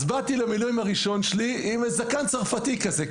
אז באתי למילואים הראשון שלי עם זקן צרפתי כזה,